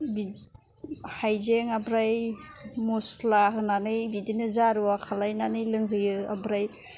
हायजें ओमफ्राय मस्ला होनानै बिदिनो जारुवा खालायनानै लोंहोयो ओमफ्राय